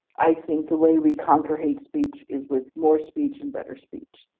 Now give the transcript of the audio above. i think the way we conquer hate speech is with more speech and better speech.